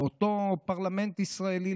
לאותו פרלמנט ישראלי,